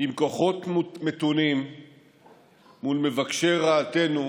עם כוחות מתונים מול מבקשי רעתנו,